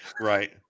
Right